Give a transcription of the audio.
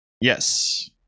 Yes